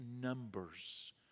numbers